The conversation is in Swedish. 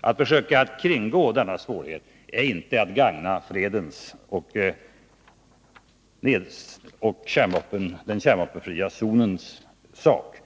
Att försöka att kringgå denna svårighet är inte att gagna fredens och den kärnvapenfria zonens sak.